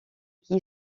qui